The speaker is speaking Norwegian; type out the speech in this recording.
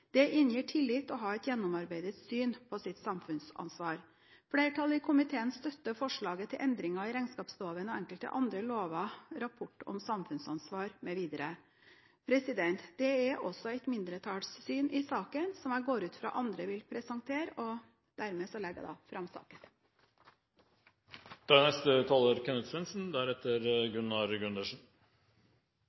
Det inngir tillit å ha et gjennomarbeidet syn på sitt samfunnsansvar. Flertallet i komiteen støtter forslaget til endringer i regnskapsloven og enkelte andre lover – rapportering av samfunnsansvar mv. Det er også et mindretallssyn i saken, som jeg går ut fra andre vil presentere. Med dette legger jeg fram saken.